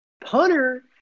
Punter